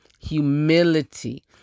humility